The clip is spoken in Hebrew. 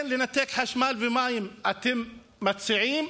לנתק חשמל ומים אתם מציעים,